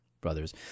brothers